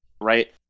right